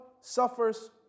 suffers